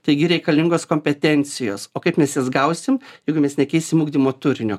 taigi reikalingos kompetencijos o kaip mes jas gausim jeigu mes nekeisim ugdymo turinio